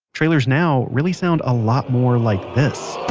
trailers now really sound a lot more like this